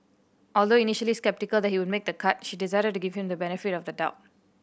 although initially sceptical that he would make the cut she decided to give him the benefit of the doubt